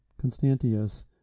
constantius